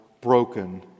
broken